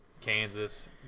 Kansas